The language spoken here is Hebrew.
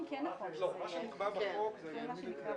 כנראה בסמוך.